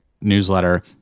newsletter